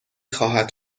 خواهد